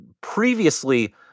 previously